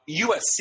USC